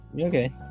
okay